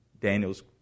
Daniel's